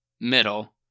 middle